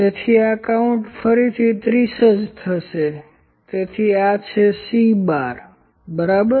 તેથી આ કાઉન્ટ ગણતરી ફરિથી 30 જ થશે તેથી આ છે C¯ બરાબર